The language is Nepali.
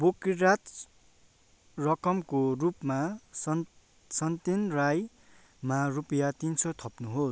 ब्रोकराज रकमको रूपमा सन सन्तेन राईमा रुपियाँ तिन सय थप्नु होस्